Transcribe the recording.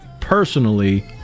personally